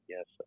Yes